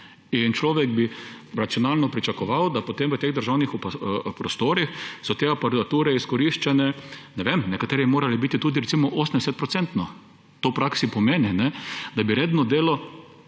In človek bi racionalno pričakoval, da potem v teh državnih prostorih so te aparature izkoriščene, ne vem, nekatere bi morale biti tudi recimo 80-odstotno. To v praksi pomeni, da bi redno delo,